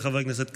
לחבר הכנסת כסיף.